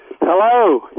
Hello